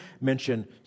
mention